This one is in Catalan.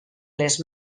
les